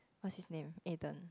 what's his name Ethan